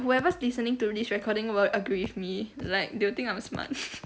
whoever is listening to this recording will agree with me like they will think I'm smart